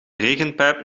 regenpijp